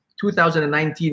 2019